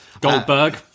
Goldberg